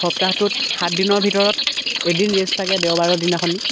সপ্তাহটোত সাত দিনৰ ভিতৰত এদিন ৰেষ্ট থাকে দেওবাৰৰ দিনাখননি